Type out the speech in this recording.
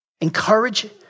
Encourage